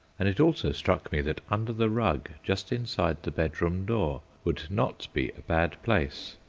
and it also struck me that under the rug just inside the bedroom door would not be a bad place.